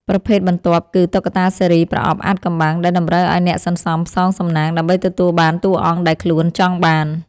ប្រភេទបន្ទាប់គឺ តុក្កតាស៊េរីប្រអប់អាថ៌កំបាំង ដែលតម្រូវឱ្យអ្នកសន្សំផ្សងសំណាងដើម្បីទទួលបានតួអង្គដែលខ្លួនចង់បាន។